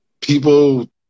people